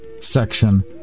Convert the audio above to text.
section